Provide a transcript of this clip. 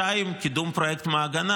2. קידום פרויקט מעגנה,